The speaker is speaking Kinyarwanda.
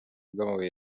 bw’amabuye